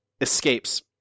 escapes